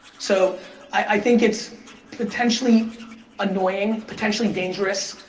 so i think it's potentially annoying, potentially dangerous,